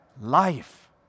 life